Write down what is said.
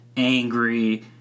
Angry